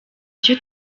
icyo